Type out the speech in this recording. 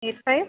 eight five